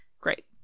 Great